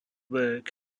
work